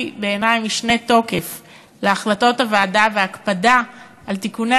בעיני משנה תוקף להחלטות הוועדה והקפדה על תיקוני